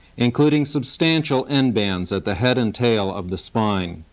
including substantial end bands at the head and tail of the spine.